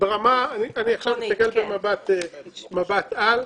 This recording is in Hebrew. אני עכשיו מסתכל במבט על.